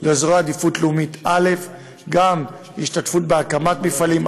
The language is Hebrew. לאזורי עדיפות לאומית א' השתתפות בהקמת מפעלים,